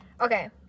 Okay